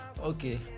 Okay